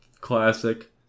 classic